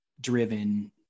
driven